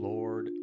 Lord